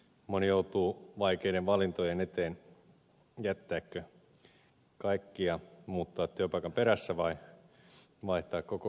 moni joutuu vaikeiden valintojen eteen jättääkö kaikki ja muuttaa työpaikan perässä vai vaihtaako kokonaan työpaikkaa